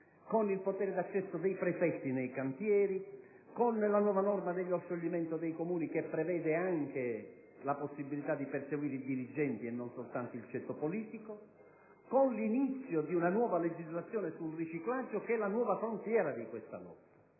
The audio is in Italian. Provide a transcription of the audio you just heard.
con il potere di accesso dei prefetti nei cantieri, con la nuova norma sullo scioglimento dei Comuni che prevede anche la possibilità di perseguire i dirigenti e non soltanto il ceto politico; con l'inizio di una nuova legislazione sul riciclaggio, che è la nuova fronte frontiera di questa norma.